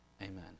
Amen